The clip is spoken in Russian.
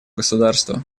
государства